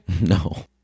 No